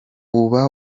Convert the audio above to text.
uba